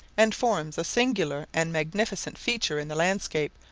and forms a singular and magnificent feature in the landscape,